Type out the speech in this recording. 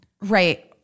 right